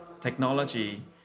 technology